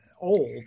old